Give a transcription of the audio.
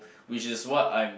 which is what I'm